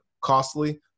costly